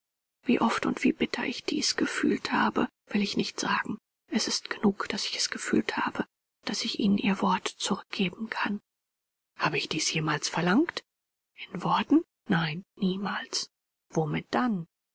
wie oft und wie bitter ich dies gefühlt habe will ich nicht sagen es ist genug daß ich es gefühlt habe und daß ich ihnen ihr wort zurückgeben kann habe ich dies jemals verlangt in worten nein niemals womit dann